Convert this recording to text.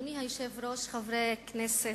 אדוני היושב-ראש, חברי הכנסת,